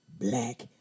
black